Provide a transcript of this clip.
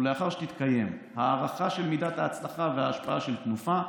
ולאחר שתתקיים הערכה של מידת ההצלחה וההשפעה של "תנופה",